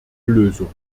lösung